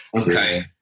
Okay